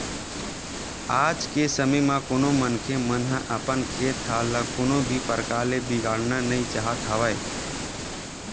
आज के समे म कोनो मनखे मन ह अपन खेत खार ल कोनो भी परकार ले बिगाड़ना नइ चाहत हवय